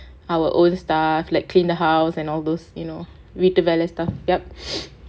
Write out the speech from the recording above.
our own stuff like clean the house and all those you know redevelop stuff yup